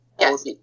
Yes